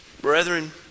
Brethren